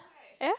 ye